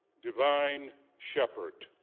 divine shepherd.